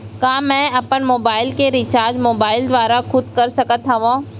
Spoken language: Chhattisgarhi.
का मैं अपन मोबाइल के रिचार्ज मोबाइल दुवारा खुद कर सकत हव?